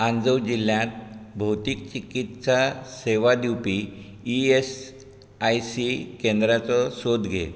आंजव जिल्ल्यांत भौतीक चिकित्सा सेवा दिवपी ई एस आय सी केंद्राचो सोद घे